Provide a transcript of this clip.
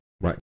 right